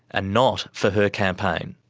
and not for her campaign.